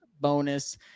bonus